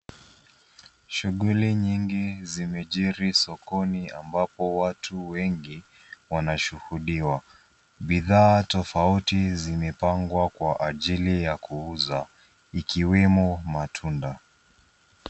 Shughuli nyingi zimejiri sokoni ambapo watu wengi wanashuhudiwa. Bidhaa tofauti zimepangwa kwa ajili ya kuuza ikiwemo matunda.